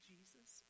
Jesus